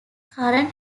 current